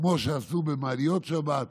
כמו שעשו במעליות שבת,